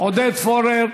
עודד פורר.